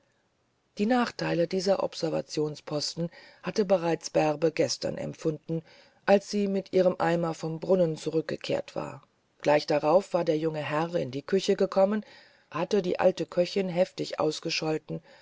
die nachteile dieser observationsposten hatte bereits bärbe gestern empfunden als sie mit ihrem eimer vom brunnen zurückgekehrt war gleich darauf war der junge herr in die küche gekommen hatte die alte köchin heftig ausgescholten